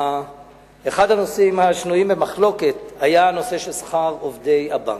אחד הנושאים השנויים במחלוקת היה הנושא של שכר עובדי הבנק.